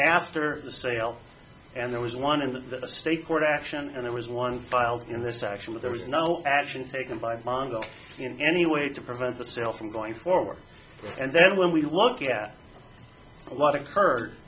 after the sale and there was one in the state court action and there was one filed in this action there was no action taken by pongo in any way to prevent the sale from going forward and then when we look at a lot of